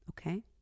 okay